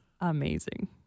amazing